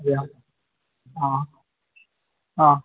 അതെയോ ആ ആ